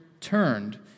turned